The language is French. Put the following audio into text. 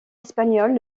espagnols